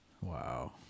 Wow